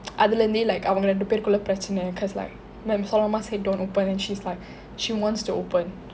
அதுலேர்ந்தே அவங்க ரெண்டு பெருக்குள்ளே பிரச்சனை:athulernthe avanga rendu perukkulle prachanai cause like my Somu மாமா:somu maama said don't open and she's like she wants to open